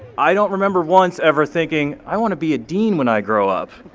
i don't remember once ever thinking, i wanna be a dean when i grow up.